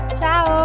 Ciao